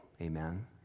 Amen